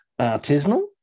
artisanal